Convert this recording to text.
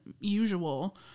usual